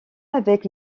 avec